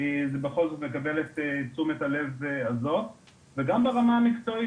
וזה בכל זאת מקבל את תשומת הלב הזאת; וגם ברמה המקצועית